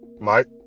Mike